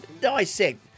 dissect